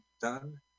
done